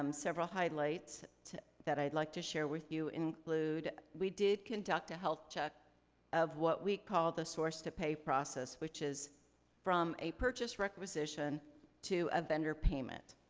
um several highlights that i'd like to share with you include, we did conduct a health check of what we call the source to pay process which is from a purchase requisition to a vendor payment.